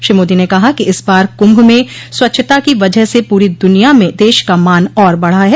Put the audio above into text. श्री मोदी ने कहा कि इस बार कुंभ में स्वच्छता की वजह से पूरी दुनिया में देश का मान और बढ़ा है